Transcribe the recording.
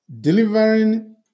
delivering